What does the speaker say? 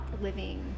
living